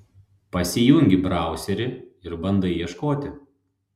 pasijungi brauserį ir bandai ieškoti